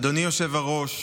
אדוני היושב-ראש,